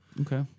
Okay